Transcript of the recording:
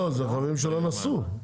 לא, זה הרכבים שלו נסעו.